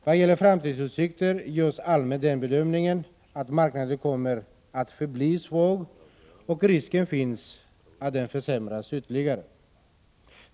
Vad gäller framtidsutsikterna görs allmänt den bedömningen att marknaden kommer att förbli svår och att risk finns att den försämras ytterligare.